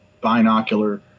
binocular